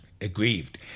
aggrieved